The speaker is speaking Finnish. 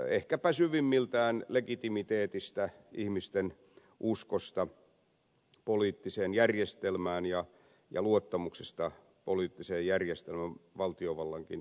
ehkäpä kyse on syvimmiltään legitimiteetistä ihmisten uskosta poliittiseen järjestelmään ja luottamuksesta poliittisen järjestelmän valtiovallankin toimintaan